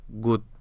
good